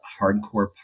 hardcore